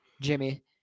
Jimmy